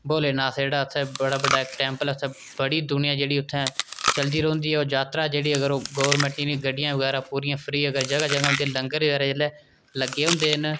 भोलेनाथ दा जेह्ड़ा उत्थै बड़ा बड्डा इक टैम्पल ऐ बड़ी दुनियां जेह्ड़ी उत्थै चलदी रौंह्दी ऐ होर जात्तरा जेह्ड़ी ओह् गौरमेंट दियां गड्डियां बगैरा पूरियां फ्री गै जगह् जगह् उं'दे लंगर बगैरा जेल्लै लग्गे दे होंदे न